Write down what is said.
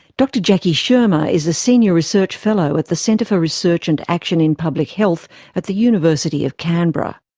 dr jacki schirmer is a senior research fellow at the centre for research and action in public health at the university of canberra.